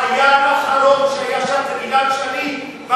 החייל האחרון שהיה שם זה גלעד שליט.